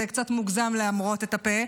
זה קצת מוגזם להמרות את הפה.